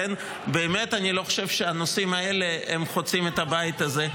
אני באמת לא חושב שהנושאים האלה חוצים את הבית הזה.